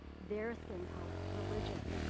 their skin color, religion,